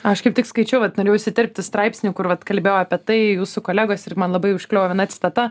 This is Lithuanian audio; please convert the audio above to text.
aš kaip tik skaičiau vat norėjau įsiterpti straipsnį kur vat kalbėjo apie tai jūsų kolegos ir man labai užkliuvo viena citata